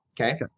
Okay